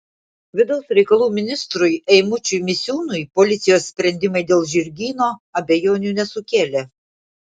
vidaus reikalų ministrui eimučiui misiūnui policijos sprendimai dėl žirgyno abejonių nesukėlė